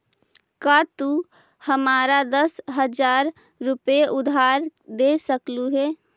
का तू हमारा दस हज़ार रूपए उधार दे सकलू हे?